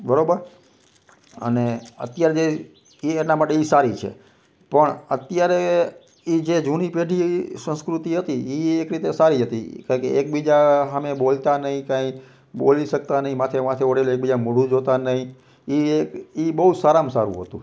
બરાબર અને અત્યારે જે એ એના માટે એ સારી છે પણ અત્યારે એ જે જૂની પેઢી સંસ્કૃતિ હતી એ એક રીતે સારી હતી કારણ કે એકબીજા સામે બોલતા નહીં કંઈ બોલી શકતા નહીં માથે માથે ઓઢી લે એકબીજા મોઢું જોતાં નહીં એ એ બહુ સારામાં સારું હતું